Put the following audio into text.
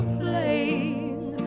playing